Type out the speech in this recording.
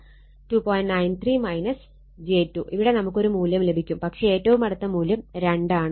93 j 2 ഇവിടെ നമുക്ക് ഒരു മൂല്യം ലഭിക്കും പക്ഷെ ഏറ്റവും അടുത്ത മൂല്യം 2 ആണ്